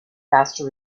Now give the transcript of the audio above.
faster